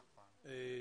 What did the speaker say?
נכון.